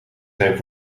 zijn